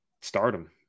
stardom